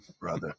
brother